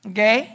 Okay